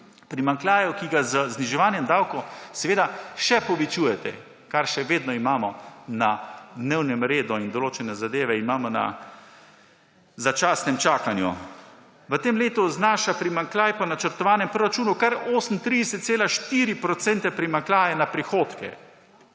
Primanjkljaju, ki ga z zniževanjem davkov seveda še povečujete, kar imamo še vedno na dnevnem redu, in določene zadeve imamo na začasnem čakanju. V tem letu znaša primanjkljaj po načrtovanem proračunu kar 38,4 % primanjkljaja na prihodke.